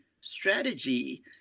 strategy